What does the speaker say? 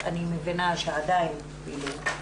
אני מבינה שעדיין היא לא --- כן.